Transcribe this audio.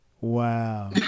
Wow